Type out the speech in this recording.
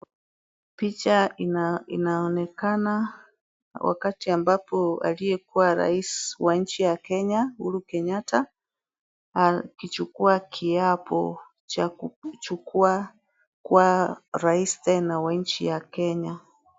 Picha inaonekana wakati ambapo aliyekuwa rais wa nchi ya Kenya Uhuru Kenyatta akichukua kiapo cha kuwa rais tena wa nchi ya Kenya.